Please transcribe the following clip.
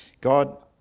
God